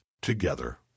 together